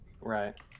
Right